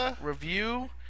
review